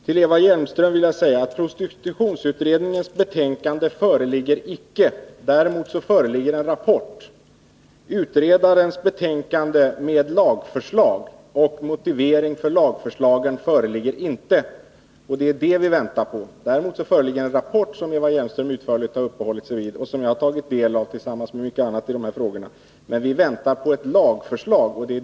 Till Eva Hjelmström vill jag säga att utredarens betänkande med lagförslag och motivering för lagförslagen inte föreligger. Däremot föreligger en rapport som Eva Hjelmström utförligt har uppehållit sig vid och som jag har tagit del av tillsammans med mycket annat i de här frågorna. Vi väntar på ett lagförslag.